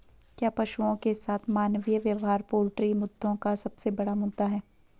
क्या पशुओं के साथ मानवीय व्यवहार पोल्ट्री मुद्दों का सबसे बड़ा मुद्दा है?